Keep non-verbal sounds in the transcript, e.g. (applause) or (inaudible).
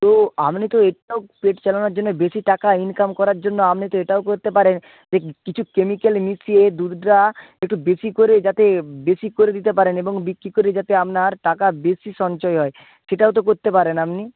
তো আপনি তো (unintelligible) পেট চালানোর জন্য বেশি টাকা ইনকাম করার জন্য আপনি তো এটাও করতে পারেন যে কিছু কেমিকেল মিশিয়ে দুধটা একটু বেশি করে যাতে বেশি করে দিতে পারেন এবং বিক্রি করে যাতে আপনার টাকা বেশি সঞ্চয় হয় সেটাও তো করতে পারেন আপনি